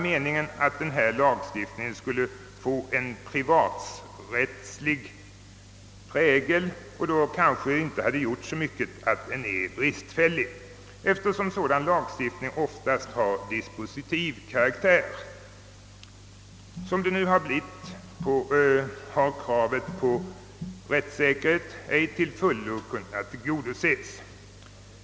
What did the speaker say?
Meningen var att denna lagstiftning skulle få en privaträttslig prägel, och då kanske det inte hade gjort så mycket att den var bristfällig. Sådan lagstiftning har nämligen oftast dispositiv karaktär. Som det nu har blivit har kravet på rättssäkerhet ej till fullo kunnat tillgodoses.